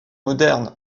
moderne